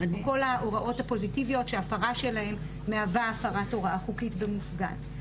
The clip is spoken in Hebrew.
או כל ההוראות הפוזיטיביות שהפרה שלהן מהווה הפרת הוראה חוקית במופגן.